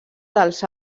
dels